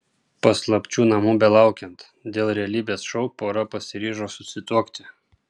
paslapčių namų belaukiant dėl realybės šou pora pasiryžo susituokti